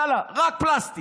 יאללה, רק פלסטיק.